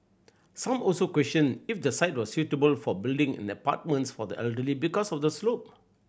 some also questioned if the site was suitable for building in the apartments for the elderly because of the slope